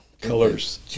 Colors